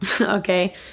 okay